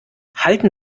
halten